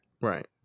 Right